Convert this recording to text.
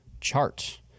chart